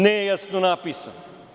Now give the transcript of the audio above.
Nejasno napisano.